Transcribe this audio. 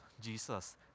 Jesus